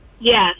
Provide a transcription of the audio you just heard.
Yes